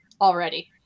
already